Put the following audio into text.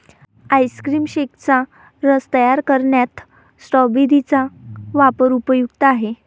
ice cream शेकचा रस तयार करण्यात स्ट्रॉबेरी चा वापर उपयुक्त आहे